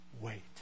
wait